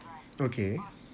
okay